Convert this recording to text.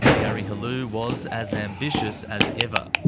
gary helou was as ambitious as ever.